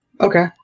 okay